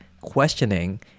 questioning